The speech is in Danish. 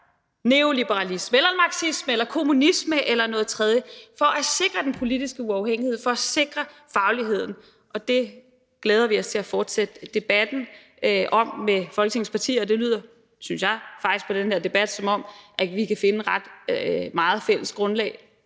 femte – ikke pludselig kommer til at dominere det hele; for at sikre den politiske uafhængighed; for at sikre fagligheden. Og det glæder vi os til at fortsætte debatten om med Folketingets partier, og det lyder faktisk på den her debat, synes jeg, som om vi kan finde et ret stort fælles grundlag,